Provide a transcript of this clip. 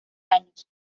años